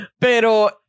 Pero